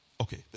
Okay